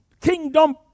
kingdom